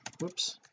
whoops